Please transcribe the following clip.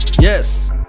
yes